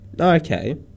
Okay